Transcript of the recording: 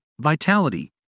vitality